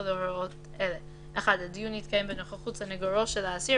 יחולו הוראות אלה: הדיון יתקיים בנוכחות סניגורו של האסיר